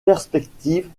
perspective